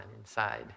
inside